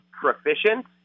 proficient